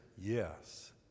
yes